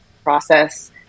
Process